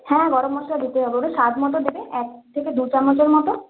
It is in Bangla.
হ্যাঁ গরম মশলা দিতে হবে ওটা স্বাদ মতো দেবে এক থেকে দু চামচের মতো